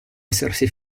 essersi